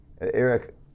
Eric